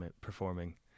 performing